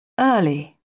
Early